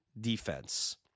defense